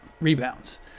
rebounds